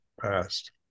past